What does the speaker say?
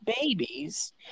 babies